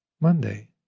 Monday